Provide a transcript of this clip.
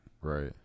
Right